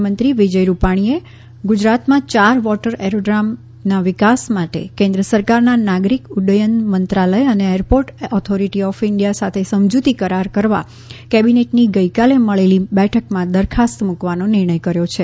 મુખ્યમંત્રી વિજય રૂપાણીએ રાજ્યમાં યાર વોટર એરોડ્રોમના વિકાસ માટે કેન્દ્ર સરકારના નાગરિક ઉડ્ડયન મંત્રાલય અને એરપોર્ટ ઓથોરિટી ઓફ ઇન્ડિયા સાથે સમજૂતી કરાર કરવા કેબિનેટની ગઇકાલે મળેલી બેઠકમાં દરખાસ્ત મૂકવાનો નિર્ણય કર્યો છે